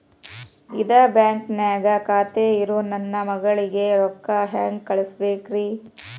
ಇದ ಬ್ಯಾಂಕ್ ನ್ಯಾಗ್ ಖಾತೆ ಇರೋ ನನ್ನ ಮಗಳಿಗೆ ರೊಕ್ಕ ಹೆಂಗ್ ಕಳಸಬೇಕ್ರಿ?